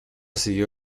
siguió